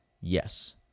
yes